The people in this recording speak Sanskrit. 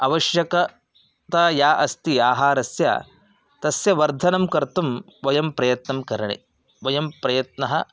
आवश्यकता या अस्ति आहारस्य तस्य वर्धनं कर्तुं वयं प्रयत्नं करणे वयं प्रयत्नः